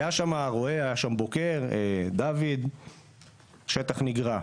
היה שמה רועה, היה שם בוקר, דוד - השטח נגרע.